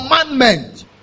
commandment